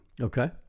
okay